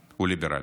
וליברלית.